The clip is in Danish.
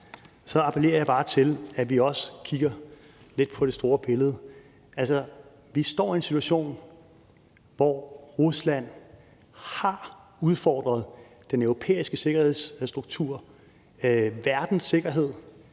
appellerer jeg bare til, at vi også kigger lidt på det store billede. Vi står i en situation, hvor Rusland har udfordret den europæiske sikkerhedsstruktur, verdens sikkerhed,